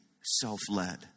self-led